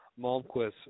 Malmquist